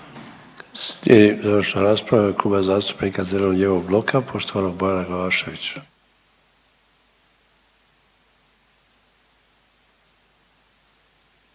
završna rasprava Kluba zastupnika zeleno-lijevog bloka poštovanog Bojana Glavaševića.